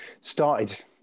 started